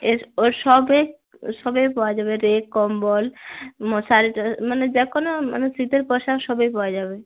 S ও সবই ও সবেই পাওয়া যাবে লেপ কম্বল মশারিটা মানে যে কোনো মানে শীতের পোশাক সবই পাওয়া যাবে